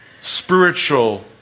Spiritual